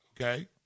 Okay